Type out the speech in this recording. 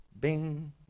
Bing